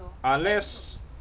unless